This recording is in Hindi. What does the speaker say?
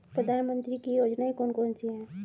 प्रधानमंत्री की योजनाएं कौन कौन सी हैं?